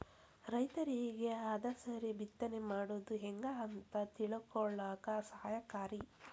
ರೈತರಿಗೆ ಹದಸರಿ ಬಿತ್ತನೆ ಮಾಡುದು ಹೆಂಗ ಅಂತ ತಿಳಕೊಳ್ಳಾಕ ಸಹಾಯಕಾರಿ